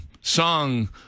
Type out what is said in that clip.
song